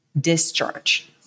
discharge